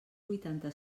vuitanta